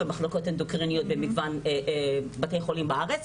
במחלקות אנדוקריניות במגוון בתי חולים בארץ.